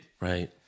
Right